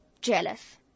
jealous